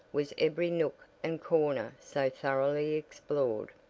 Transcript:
was every nook and corner so thoroughly explored.